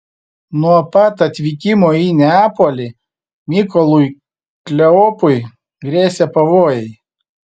nuo pat atvykimo į neapolį mykolui kleopui grėsė pavojai